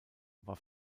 war